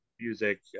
music